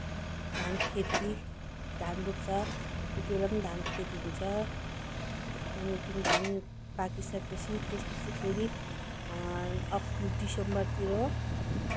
धानखेती धान रोप्छ त्यतिबेला पनि धान खेती हुन्छ त्यहाँदेखि धान पाकिसके पछि त्यस पछि फेरि अक डिसेम्बरतिर